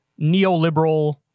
neoliberal